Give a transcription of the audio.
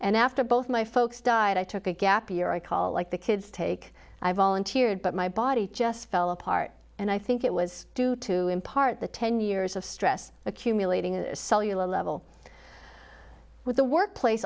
and after both my folks died i took a gap year i call it like the kids take i volunteered but my body just fell apart and i think it was due to impart the ten years of stress accumulating a cellular level with the workplace